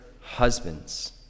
husbands